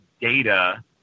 data